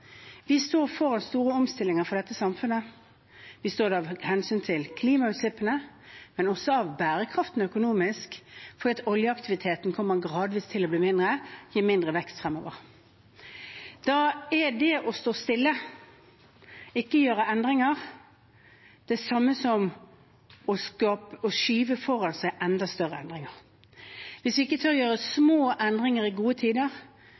Vi står foran store omstillinger for dette samfunnet – av hensyn til både klimautslippene og den økonomiske bærekraften, for oljeaktiviteten kommer gradvis til å bli mindre og gi mindre vekst fremover. Da er det å stå stille, å ikke gjøre endringer, det samme som å skyve enda større endringer foran seg. Hvis vi ikke tør å gjøre små endringer i gode tider,